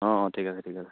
অঁ অঁ ঠিক আছে ঠিক আছে